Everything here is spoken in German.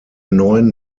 neuen